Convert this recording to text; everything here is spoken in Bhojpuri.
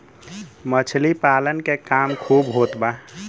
मछली पालन के काम खूब होत बा